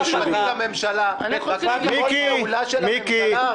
--- מיקי, מיקי.